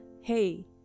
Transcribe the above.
hey